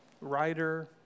writer